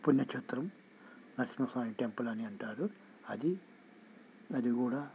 పుణ్యక్షేత్రం నరసింహ స్వామి టెంపుల్ అని అంటారు అది అది కూడా